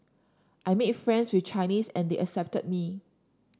I made friends with Chinese and they accepted me